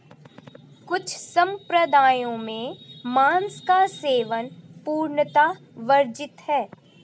कुछ सम्प्रदायों में मांस का सेवन पूर्णतः वर्जित है